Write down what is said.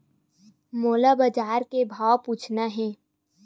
मोला बजार के भाव पूछना हे?